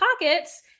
pockets